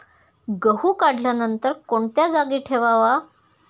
गहू काढल्यानंतर कोणत्या जागी ठेवावा?